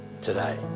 today